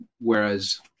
whereas